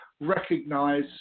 Recognize